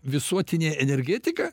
visuotinė energetika